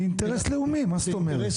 זה אינטרס לאומי, מה זאת אומרת?